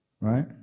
right